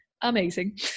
amazing